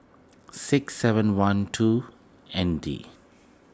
six seven one two N D